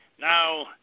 Now